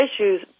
issues